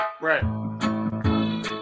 Right